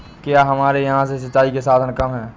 क्या हमारे यहाँ से सिंचाई के साधन कम है?